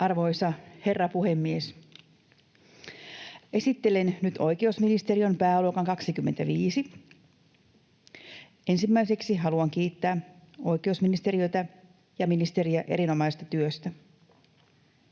Arvoisa herra puhemies! Esittelen nyt oikeusministeriön pääluokan 25. Ensimmäiseksi haluan kiittää oikeusministeriötä ja ministeriä erinomaisesta työstä.